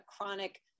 chronic